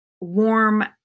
warm